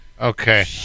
Okay